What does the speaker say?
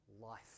life